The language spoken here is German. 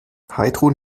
heidrun